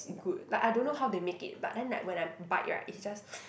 good like I don't know how they make it but then like when I bite right it's just